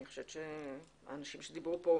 אני חושבת שהאנשים שדיברו פה,